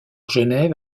genève